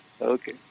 Okay